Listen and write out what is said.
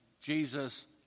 Jesus